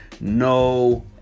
no